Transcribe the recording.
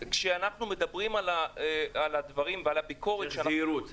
לכן כשאנחנו מדברים על הביקורת -- צריך זהירות.